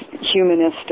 humanistic